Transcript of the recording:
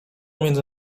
między